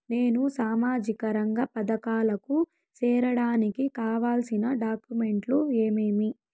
నేను సామాజిక రంగ పథకాలకు సేరడానికి కావాల్సిన డాక్యుమెంట్లు ఏమేమీ?